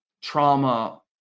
trauma